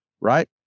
right